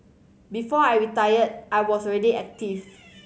before I retired I was already active